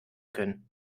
können